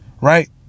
Right